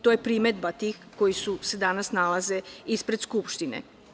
To je primedba tih koji se danas nalaze ispred Skupštine.